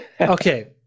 Okay